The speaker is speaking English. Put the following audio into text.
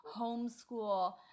homeschool